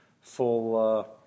full